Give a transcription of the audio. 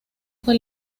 fue